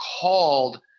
called